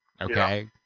Okay